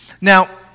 Now